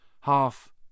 half